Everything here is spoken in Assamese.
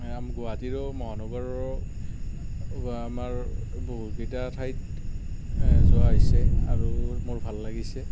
গুৱাহাটীৰো মহানগৰৰো আমাৰ বহুকেইটা ঠাইত যোৱা হৈছে আৰু মোৰ ভাল লাগিছে